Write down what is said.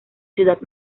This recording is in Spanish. ciudad